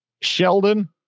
Sheldon